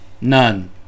None